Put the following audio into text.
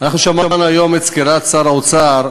שמענו היום את סקירת שר האוצר,